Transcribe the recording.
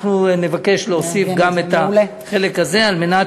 אנחנו נבקש להוסיף גם את החלק הזה על מנת